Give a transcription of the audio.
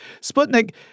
Sputnik